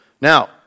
Now